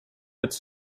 its